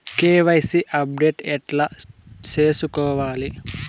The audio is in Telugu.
కె.వై.సి అప్డేట్ ఎట్లా సేసుకోవాలి?